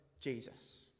Jesus